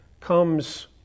comes